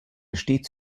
stets